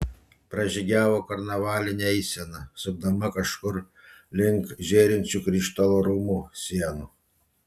pražygiavo karnavalinė eisena sukdama kažkur link žėrinčių krištolo rūmų sienų